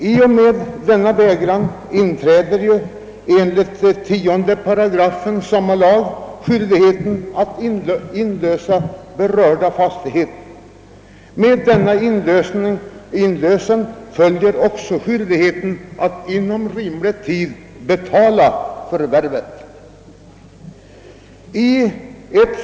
I och med sådan vägran inträder ju enligt 10 § samma lag skyldighet för staten att inlösa berörda fastighet och därmed också skyldighet att inom rimlig tid erlägga likvid.